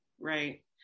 Right